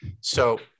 So-